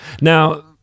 Now-